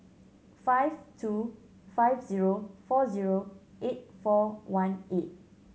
five two five zero four zero eight four one eight